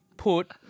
Put